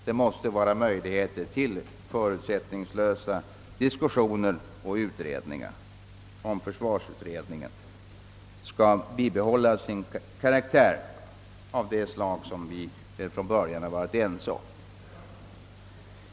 Det måste finnas möjligheter till förutsättningslösa diskussioner och undersökningar, om försvarsutredningen skall bibehålla den karaktär vi från början var eniga om att den skulle ha.